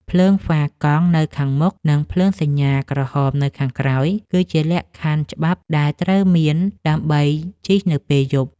ភ្លើងហ្វាកង់នៅខាងមុខ និងភ្លើងសញ្ញាក្រហមនៅខាងក្រោយ គឺជាលក្ខខណ្ឌច្បាប់ដែលត្រូវមានដើម្បីជិះនៅពេលយប់។